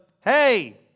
hey